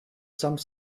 some